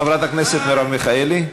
חברת הכנסת מרב מיכאלי?